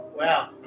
Wow